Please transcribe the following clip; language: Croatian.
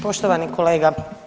Poštovani kolega.